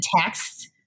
text